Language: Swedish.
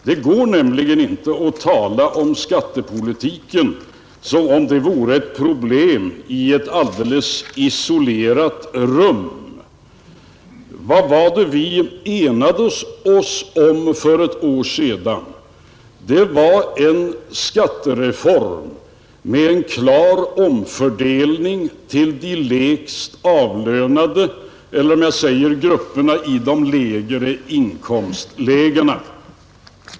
Det går nämligen inte att tala om skattepolitiken som om denna vore ett problem i ett alldeles isolerat rum. Vad var det vi enade oss om för ett år sedan? Jo, om en skattereform med en klar omfördelning till förmån för de lägst avlönade eller grupperna i de lägre inkomstlägena.